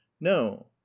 no